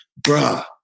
bruh